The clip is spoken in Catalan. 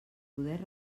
poder